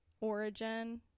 origin